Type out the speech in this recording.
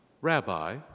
Rabbi